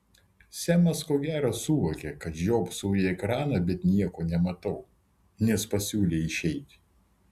semas ko gero suvokė kad žiopsau į ekraną bet nieko nematau nes pasiūlė išeiti